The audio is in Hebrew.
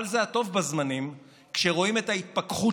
אבל זה הטוב בזמנים כשרואים את ההתפכחות